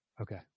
Okay